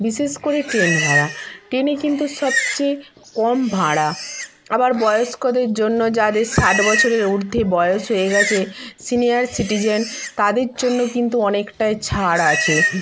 বিশেষ করে ট্রেন ভাড়া ট্রেনে কিন্তু সবচেয়ে কম ভাড়া আবার বয়স্কদের জন্য যাদের ষাট বছরের ঊর্ধ্বে বয়স হয়ে গেছে সিনিয়ার সিটিজেন তাদের জন্য কিন্তু অনেকটাই ছাড় আছে